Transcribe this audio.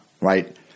right